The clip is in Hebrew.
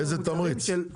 איזה תמריץ?